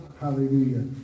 hallelujah